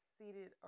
seated